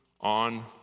on